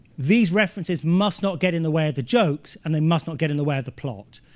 these references must not get in the way of the jokes, and they must not get in the way of the plot.